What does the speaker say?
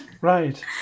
Right